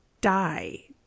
die